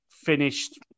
finished